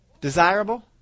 desirable